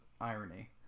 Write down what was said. irony